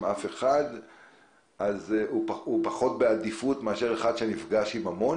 אף אחד אז הוא פחות בעדיפות מאשר נשא שנפגש עם המון?